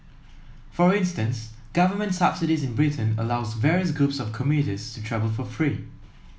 for instance government subsidies in Britain allow various groups of commuters to travel for free